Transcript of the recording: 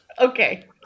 Okay